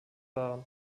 waren